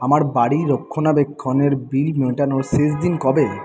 আমার বাড়ি রক্ষণাবেক্ষণের বিল মেটানোর শেষ দিন কবে